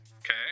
okay